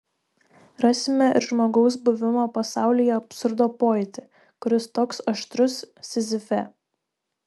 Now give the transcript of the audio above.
rasime ir žmogaus buvimo pasaulyje absurdo pojūtį kuris toks aštrus sizife